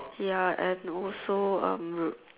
ya and also um